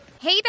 Hey